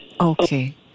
Okay